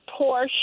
Porsche